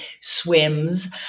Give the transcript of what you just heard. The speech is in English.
swims